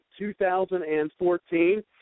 2014